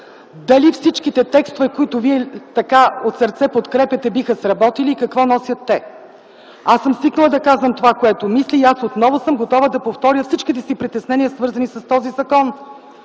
дали всички текстове, които вие така от сърце подкрепяте, биха сработили и какво носят те. Аз съм свикнала да казвам това, което мисля, и отново съм готова да повторя всичките си притеснения, свързани с този закон.